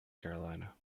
carolina